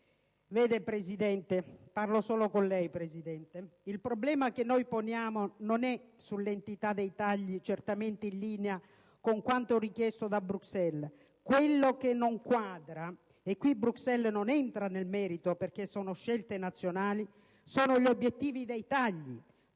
Vede, Presidente - parlo solo con lei - il problema che noi poniamo non è sull'entità dei tagli certamente in linea con quanto richiesto da Bruxelles; quello che non quadra - e qui Bruxelles non entra nel merito perché sono scelte nazionali - sono gli obiettivi dei tagli: